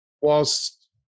whilst